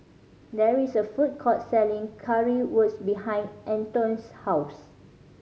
there is a food court selling Currywurst behind Antoine's house